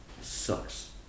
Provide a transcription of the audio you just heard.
sucks